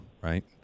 right